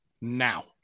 now